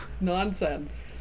nonsense